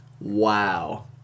Wow